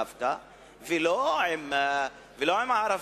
ולא עם הערבים.